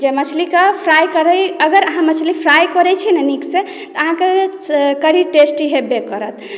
जे मछलीकेँ फ्राइ करैत अगर अहाँ मछली फ्राइ करैत छी ने नीकसँ तऽ अहाँकेँ कढ़ी टेस्टी हेबे करत